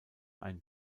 ein